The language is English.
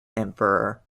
emperor